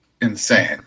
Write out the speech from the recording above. insane